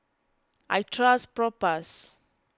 I trust Propass